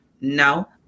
No